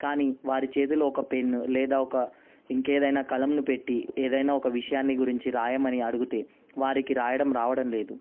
కానీ వారి చేతిలో ఒక పేన్ను లేదా ఒక ఇంకేదైనా కలంను పెట్టి ఏదైనా ఒక విషయాన్ని గురించి రాయమని అడుగుతే వారికి రాయడం రావడం లేదు